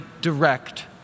direct